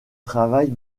travail